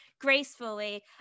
gracefully